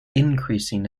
increasing